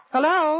Hello